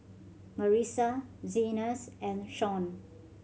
Marisa Zenas and Shon